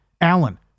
Allen